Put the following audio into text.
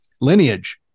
lineage